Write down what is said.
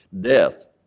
Death